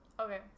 okay